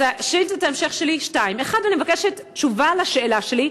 אז שאילתת ההמשך שלי היא שתיים: 1. אני מבקשת תשובה על השאלה שלי,